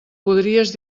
podries